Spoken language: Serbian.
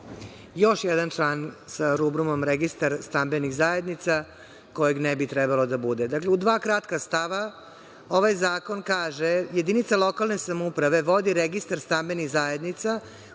Još jedan član sa rubrumom registar stambenih zajednica kojeg ne bi trebalo da bude. Dakle, u dva kratka stava ovaj zakon kaže – jedinica lokalne samouprave vodi registar stambenih zajednica,